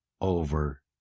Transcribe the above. over